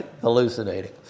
Hallucinating